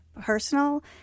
personal